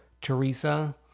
Teresa